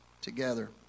together